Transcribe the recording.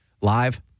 live